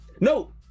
no